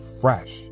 fresh